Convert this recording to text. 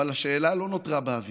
אבל השאלה לא נותרה באוויר.